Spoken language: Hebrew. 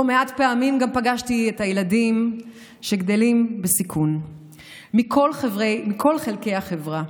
לא מעט פעמים גם פגשתי את הילדים שגדלים בסיכון מכל חלקי החברה.